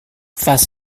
vas